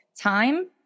Time